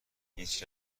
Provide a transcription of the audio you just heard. هیچ